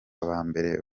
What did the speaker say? bambere